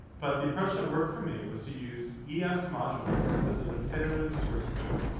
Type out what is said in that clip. but the approach that worked for me was to use yeah es modules as a definitive source code.